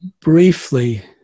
briefly